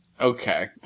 Okay